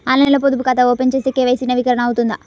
ఆన్లైన్లో పొదుపు ఖాతా ఓపెన్ చేస్తే కే.వై.సి నవీకరణ అవుతుందా?